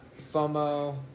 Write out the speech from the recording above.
FOMO